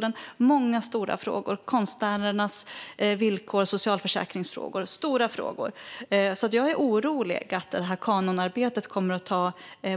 Det handlar också om konstnärernas villkor och socialförsäkringsfrågor. Det är stora frågor. Jag är orolig för att kanonarbetet kommer att ta